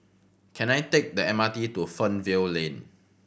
can I take the M R T to Fernvale Lane